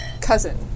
cousin